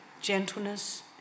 gentleness